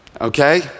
okay